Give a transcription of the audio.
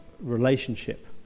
relationship